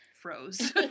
froze